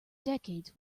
decades